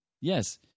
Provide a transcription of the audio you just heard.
Yes